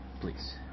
please